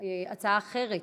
הצעה אחרת.